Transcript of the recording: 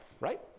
right